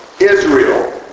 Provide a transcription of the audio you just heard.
Israel